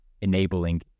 enabling